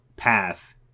path